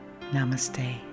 Namaste